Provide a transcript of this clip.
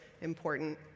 important